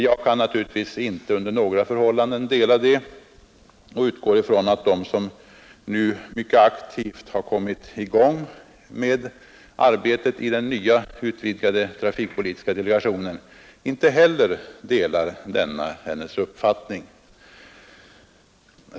Jag kan naturligtvis inte under några förhållanden se saken så och utgår ifrån att de som nu mycket aktivt har kommit i gång med arbetet i den nya utvidgade trafikpolitiska delegationen inte heller delar hennes uppfattning.